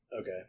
Okay